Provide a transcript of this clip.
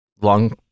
long